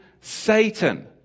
Satan